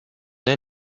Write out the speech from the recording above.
der